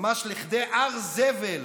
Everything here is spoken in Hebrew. ממש לכדי הר זבל